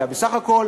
אלא בסך הכול